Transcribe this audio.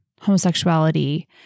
homosexuality